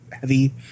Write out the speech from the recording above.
heavy